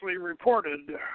reported